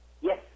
Yes